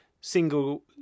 single